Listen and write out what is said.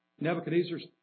Nebuchadnezzar's